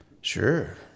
Sure